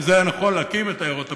כי זה היה נכון להקים את עיירות הפיתוח,